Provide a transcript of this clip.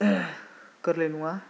गोरलै नङा